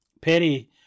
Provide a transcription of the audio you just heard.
Perry